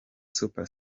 super